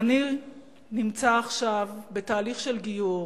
אני נמצא עכשיו בתהליך של גיור